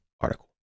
article